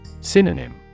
Synonym